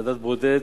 ועדת-ברודט,